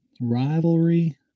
Rivalry